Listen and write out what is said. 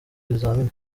bizamini